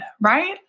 right